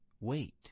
wait